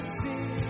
see